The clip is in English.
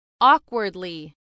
Awkwardly